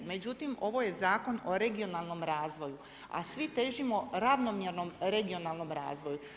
Međutim ovo je Zakon o regionalnom razvoju, a svi težimo ravnomjernom regionalnom razvoju.